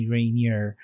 Rainier